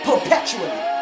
Perpetually